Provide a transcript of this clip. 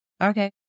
okay